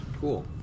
Cool